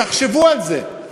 תחשבו על זה,